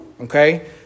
Okay